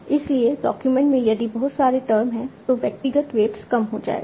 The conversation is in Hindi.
इसलिए डॉक्यूमेंट में यदि बहुत सारे टर्म हैं तो व्यक्तिगत वेट्स कम हो जाएगा